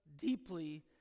deeply